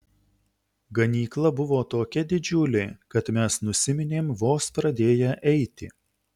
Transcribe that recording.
ganykla buvo tokia didžiulė kad mes nusiminėm vos pradėję eiti